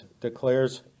declares